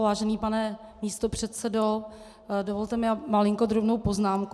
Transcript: Vážený pane místopředsedo, dovolte mi malinko drobnou poznámku.